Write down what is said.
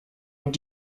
und